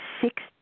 Six